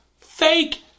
fake